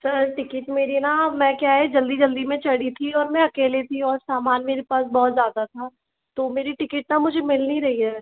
sir ticket मेरी न मैं क्या है जल्दी जल्दी में चढ़ी थी और मैं क्या है अकेले थी और समान मेरे पास बहुत ज़्यादा था तो मेरी टिकट न मुझे मिल नहीं रही है